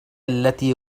التي